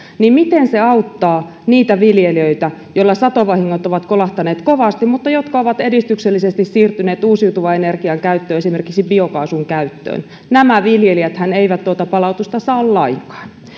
niin miten se auttaa niitä viljelijöitä joihin satovahingot ovat kolahtaneet kovasti mutta jotka ovat edistyksellisesti siirtyneet uusiutuvan energian käyttöön esimerkiksi biokaasun käyttöön nämä viljelijäthän eivät tuota palautusta saa lainkaan